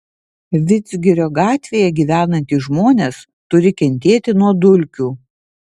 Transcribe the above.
vidzgirio gatvėje gyvenantys žmonės turi kentėti nuo dulkių